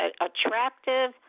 attractive